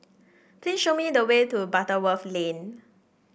please show me the way to Butterworth Lane